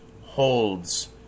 holds